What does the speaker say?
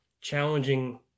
challenging